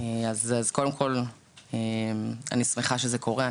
אז קודם כל אני שמחה שזה קורה.